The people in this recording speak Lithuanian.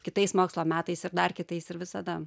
kitais mokslo metais ir dar kitais ir visada